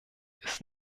ist